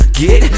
get